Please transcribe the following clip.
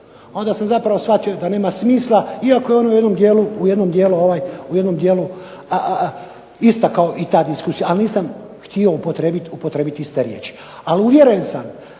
Onda sam zapravo shvatio da nema smisla iako je ono u jednom dijelu ista kao i ta diskusija, ali nisam htio upotrijebiti iste riječi. Ali uvjeren sam